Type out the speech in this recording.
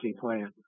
plan